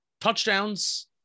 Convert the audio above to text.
touchdowns